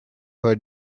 her